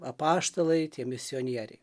apaštalai tie misionieriai